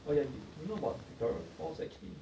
oh ya do you know about victoria falls actually